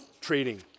trading